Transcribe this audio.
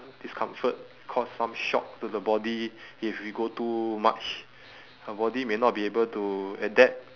discomfort cause some shock to the body if we go too much the body may not be able to adapt